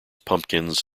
pumpkins